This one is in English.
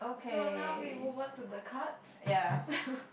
so now we move on to the cards